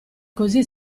così